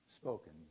spoken